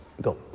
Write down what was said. Go